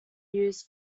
use